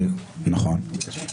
נכון.